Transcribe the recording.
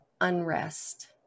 unrest